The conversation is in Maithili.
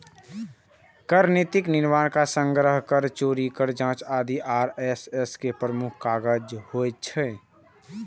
कर नीतिक निर्माण, कर संग्रह, कर चोरीक जांच आदि आई.आर.एस के प्रमुख काज होइ छै